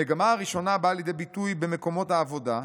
המגמה הראשונה באה לידי ביטוי במקומות העבודה,